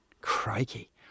Crikey